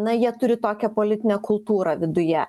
na jie turi tokią politinę kultūrą viduje